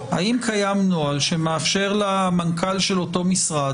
האם קיים נוהל שמסדיר את סמכותו של מנהל יחידה שלטונית,